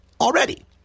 already